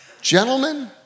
Gentlemen